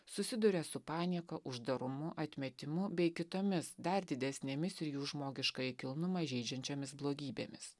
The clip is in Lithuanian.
susiduria su panieka uždarumu atmetimu bei kitomis dar didesnėmis ir jų žmogiškąjį kilnumą žeidžiančiomis blogybėmis